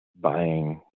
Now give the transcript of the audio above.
buying